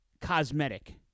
cosmetic